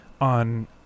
on